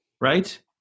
right